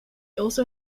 also